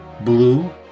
Blue